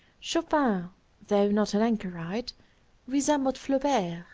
chopin though not an anchorite resembled flaubert,